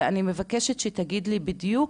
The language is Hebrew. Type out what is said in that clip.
ואני מבקשת שתגיד לי בדיוק